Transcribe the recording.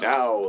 Now